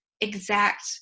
exact